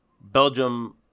Belgium